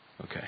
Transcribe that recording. okay